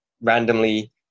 randomly